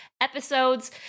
episodes